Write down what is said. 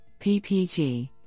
PPG